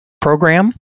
program